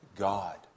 God